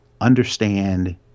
understand